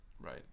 Right